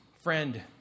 friend